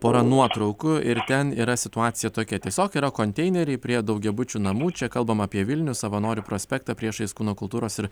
porą nuotraukų ir ten yra situacija tokia tiesiog yra konteineriai prie daugiabučių namų čia kalbam apie vilnių savanorių prospektą priešais kūno kultūros ir